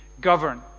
govern